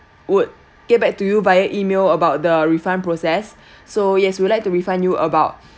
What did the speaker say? would get back to you via email about the refund process so yes we would like to refund you about